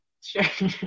Sure